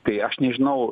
tai aš nežinau